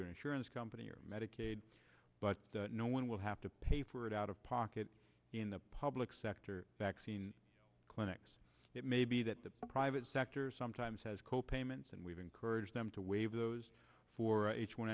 your insurance company or medicaid but no one will have to pay for it out of pocket in the public sector vaccine clinics it may be that the private sector sometimes has co payments and we've encouraged them to waive those for h one